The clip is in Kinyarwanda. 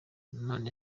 none